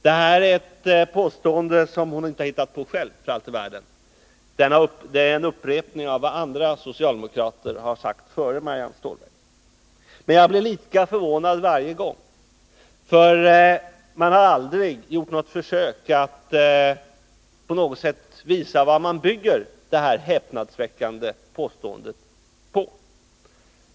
Det är ett påstående som hon inte har hittat på själv — det är en upprepning av vad andra socialdemokrater har sagt före Marianne Stålberg. Men jag blir litet förvånad varje gång, för man har aldrig gjort ett försök att på något sätt visa vad man bygger det här häpnadsväckande påståendet på.